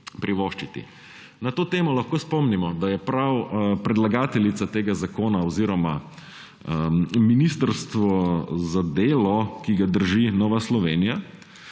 privoščiti. Na to temo lahko spomnimo, da je prav predlagateljica tega zakona oziroma Ministrstvo za delo, ki ga drži Nova Slovenija,